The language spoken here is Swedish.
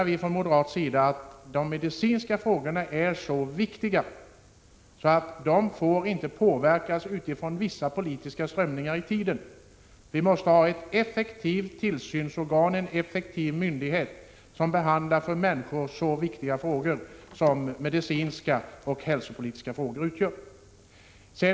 Vi från moderat sida menar att de medicinska frågorna är så viktiga att de inte får påverkas av vissa politiska strömningar i tiden. Vi måste ha ett effektivt tillsynsorgan, en effektiv myndighet som behandlar för människor så viktiga frågor som de medicinska och hälsopolitiska frågorna utgör.